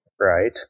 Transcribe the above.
Right